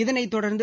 இதனைத் தொடர்ந்து